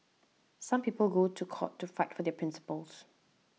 some people go to court to fight for their principles